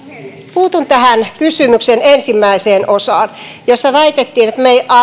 puutun tähän kysymyksen ensimmäiseen osaan jossa väitettiin että me emme